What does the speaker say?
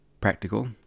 practical